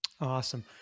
awesome